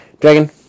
Dragon